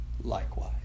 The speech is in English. likewise